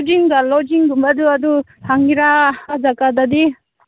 ꯐꯨꯗꯤꯡꯒ ꯂꯣꯠꯖꯤꯡꯒꯨꯝꯕ ꯑꯗꯨ ꯑꯗꯨ ꯐꯪꯒꯦꯔꯥ ꯑꯗ ꯀꯥꯗꯗꯤ